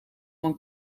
van